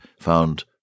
found